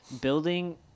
building